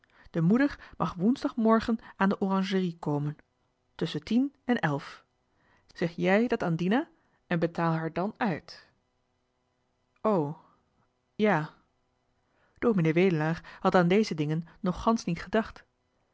dorp moeder mag woensdagmorgen aan de oranjerie komen tusschen tien en elf zeg jij dat aan dina en betaal haar dan uit o ja ds wedelaar had aan deze dingen nog gansch niet gedacht